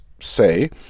say